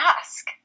ask